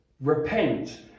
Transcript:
repent